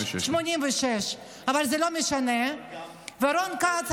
שטרן ורון כץ,